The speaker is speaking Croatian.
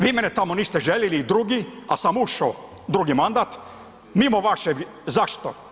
Vi mene tamo niste želili i drugi, al sam ušo u drugi mandat mimo vaše, zašto?